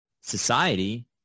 society